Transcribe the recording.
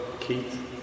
Keith